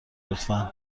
لطفا